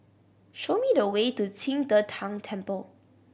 show me the way to Qing De Tang Temple